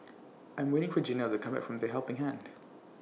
I'm waiting For Janell to Come Back from The Helping Hand